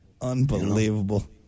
Unbelievable